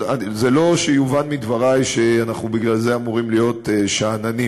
שלא שיובן מדברי שבגלל זה אנחנו אמורים להיות שאננים.